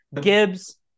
Gibbs